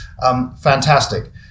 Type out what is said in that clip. Fantastic